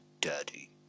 Daddy